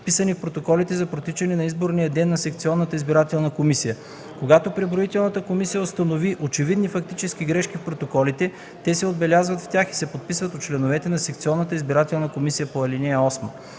вписани в протоколите за протичане на изборния ден на секционната избирателна комисия. Когато преброителната комисия установи очевидни фактически грешки в протоколите, те се отбелязват в тях и се подписват от членовете на секционната избирателна комисия по ал. 8.